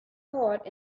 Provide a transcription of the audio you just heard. part